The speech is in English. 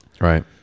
Right